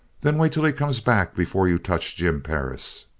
then wait till he comes back before you touch jim perris.